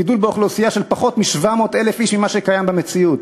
גידול באוכלוסייה של פחות מ-700,000 איש ממה שקיים היום במציאות.